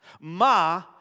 Ma